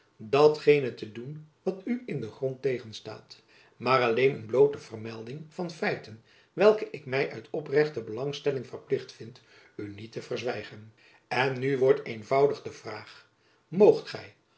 datgene te doen wat u in den grond tegenstaat maar alleen een bloote vermelding van feiten welke ik my uit oprechte belangstelling verplicht vind u niet te verzwijgen en nu wordt eenvoudig de vraag moogt gy